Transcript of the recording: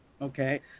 Okay